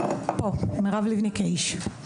מירב לבני-קייש.